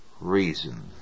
reason